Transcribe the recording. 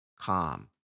calm